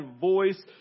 voice